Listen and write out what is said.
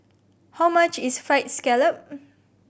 how much is Fried Scallop